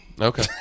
okay